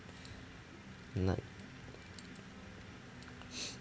like